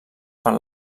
per